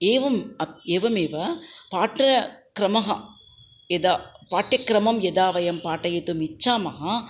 एवम् अ एवमेव पाट्र क्रमः यदा पाठ्यक्रमः यदा वयं पाठयितुम् इच्छामः